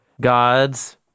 God's